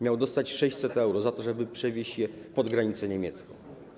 Miał dostać 600 euro za to, żeby przewieźć ludzi pod granicę niemiecką.